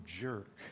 jerk